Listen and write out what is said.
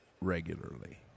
regularly